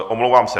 Omlouvám se.